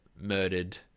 murdered